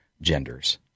genders